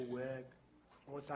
work